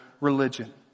religion